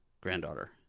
Granddaughter